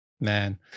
man